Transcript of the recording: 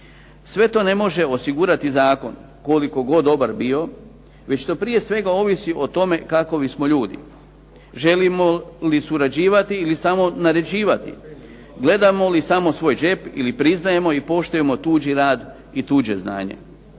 Sve to ne može osigurati zakon, koliko god dobar bio, već to prije svega ovisi o tome kakovi smo ljudi, želimo li surađivati ili samo naređivati, gledamo li samo svoj džep ili priznajemo i poštujemo tuđi rad i tuđe znanje.